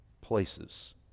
places